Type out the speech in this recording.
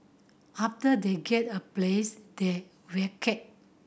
after they get a place they vacate